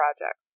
projects